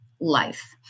life